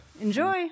Enjoy